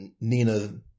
Nina